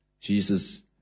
Jesus